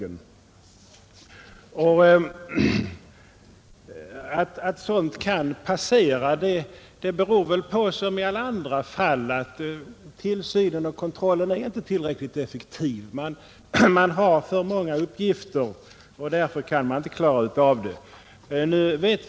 Det förhållandet att sådant kan passera beror väl på, som i alla andra fall, att tillsynen och kontrollen inte är tillräckligt effektiv. De som handhar dessa uppgifter har tydligen för många uppgifter och kan därför inte klara av detta.